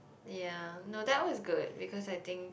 ya no that was good because I think